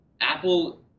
Apple